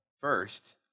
First